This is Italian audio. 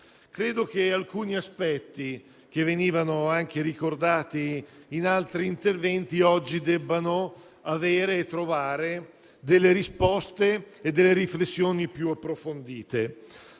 avviso alcuni aspetti che oggi venivano anche ricordati in altri interventi debbono avere e trovare delle risposte e delle riflessioni più approfondite.